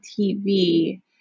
TV